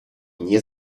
nie